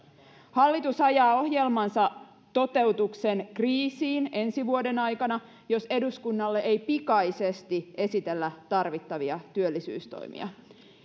hallitus ajaa ohjelmansa toteutuksen kriisiin ensi vuoden aikana jos eduskunnalle ei pikaisesti esitellä tarvittavia työllisyystoimia